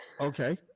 okay